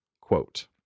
quote